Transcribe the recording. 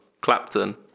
Clapton